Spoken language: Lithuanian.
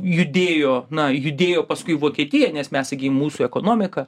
judėjo na judėjo paskui vokietiją nes mes gi mūsų ekonomika